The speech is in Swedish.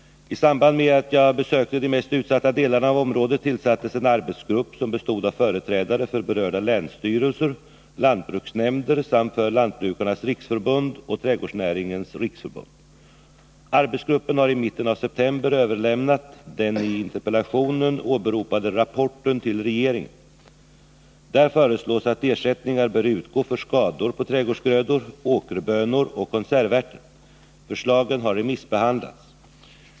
I samband med att jag besökte de mest utsatta delarna av området tillsattes en arbetsgrupp som bestod av företrädare för berörda länsstyrelser och lantbruksnämnder samt för Om skördeskade Lantbrukarnas riksförbund och Trädgårdsnäringens riksförbund. Arbets — skyddet gruppen har i mitten av september överlämnat den i interpellationen åberopade rapporten till regeringen. Där föreslås att ersättningar bör utgå för skador på trädgårdsgrödor, åkerbönor och konservärter. Förslagen har remissbehandlats.